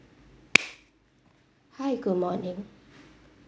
hi good morning